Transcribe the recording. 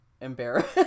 embarrassed